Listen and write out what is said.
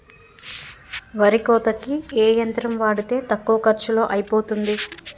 వరి కోతకి ఏ యంత్రం వాడితే తక్కువ ఖర్చులో అయిపోతుంది?